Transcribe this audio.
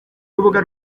rubuga